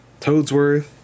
Toadsworth